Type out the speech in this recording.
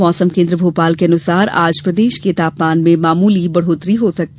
मौसम केन्द्र मोपाल के अनुसार आज प्रदेश के तापमान में मामूली बढ़ौतरी दर्ज की गई